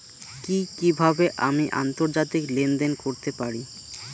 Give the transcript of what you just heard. কি কিভাবে আমি আন্তর্জাতিক লেনদেন করতে পারি?